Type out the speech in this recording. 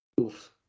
Oof